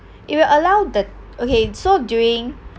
it will allow the okay so during